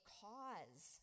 cause